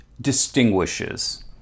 distinguishes